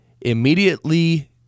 immediately